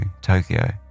Tokyo